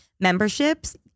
memberships